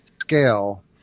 scale